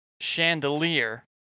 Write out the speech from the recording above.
chandelier